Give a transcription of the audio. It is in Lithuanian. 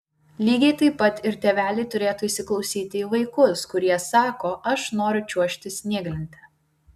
lygiai taip pat ir tėveliai turėtų įsiklausyti į vaikus kurie sako aš noriu čiuožti snieglente